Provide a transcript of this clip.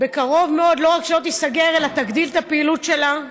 בקרוב מאוד לא רק שלא תיסגר אלא תגדיל את הפעילות שלה.